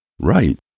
Right